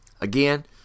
Again